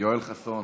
יואל חסון,